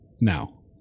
now